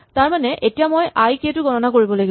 তাৰমানে এতিয়া মই আই কে টো গণনা কৰিব লাগিব